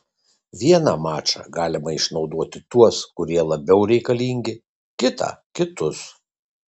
vieną mačą galime išnaudoti tuos kurie labiau reikalingi kitą kitus